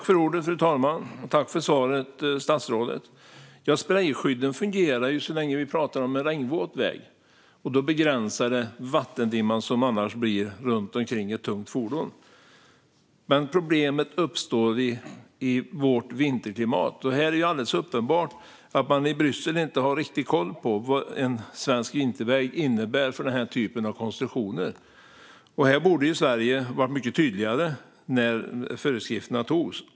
Fru talman! Tack för svaret, statsrådet! Sprejskydden fungerar så länge det är en regnvåt väg vi pratar om. Då begränsar de vattendimman som annars uppstår runt ett tungt fordon. Men problemet uppstår i vårt vinterklimat. Här är det alldeles uppenbart att man i Bryssel inte har riktig koll på vad en svensk vinterväg innebär för den här typen av konstruktioner. Sverige borde ha varit mycket tydligare när föreskrifterna antogs.